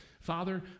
Father